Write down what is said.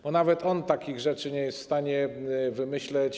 Bo nawet on takich rzeczy nie jest w stanie wymyślić.